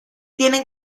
tiene